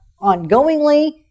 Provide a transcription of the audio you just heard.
ongoingly